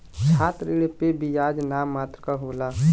छात्र ऋण पे बियाज नाम मात्र क होला